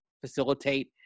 facilitate